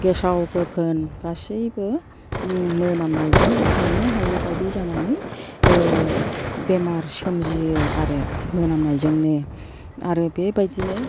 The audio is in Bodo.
गेसाव गोफोन गासैबो मोनामनायजों थानो हायै बादि जानानै बेराम सोमजियो आरो मोनामनायजोंनो आरो बेबादिनो